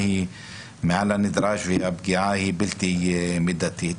היא מעל הנדרש והפגיעה היא בלתי מידתית.